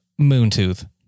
Moontooth